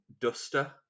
duster